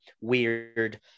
weird